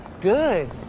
Good